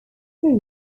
tree